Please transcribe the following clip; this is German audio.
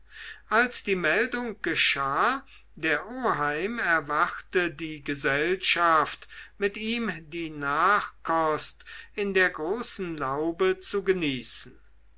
als die meldung geschah der oheim erwarte die gesellschaft mit ihm die nachkost in der großen laube zu genießen